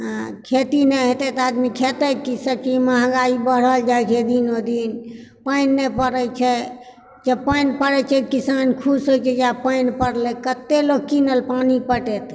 आ खेती नहि हेतै तऽ आदमी खेतै की सभ चीज महँगाइ बढ़ल जाइ छै दिनो दिन पानि नहि पड़ै छै जे पानि पड़ै छै किसान खुश होइ छै जे आब पानि पड़लै कते लोक कीनल पानि पटेतै